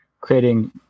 creating